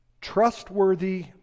trustworthy